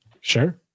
Sure